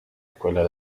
escuela